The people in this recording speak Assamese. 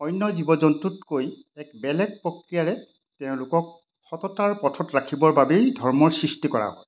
অন্য জীৱ জন্তুতকৈ এক বেলেগ প্ৰক্ৰিয়াৰে তেওঁলোকক সততাৰ পথত ৰাখিবৰ বাবেই ধৰ্মৰ সৃষ্টি কৰা হয়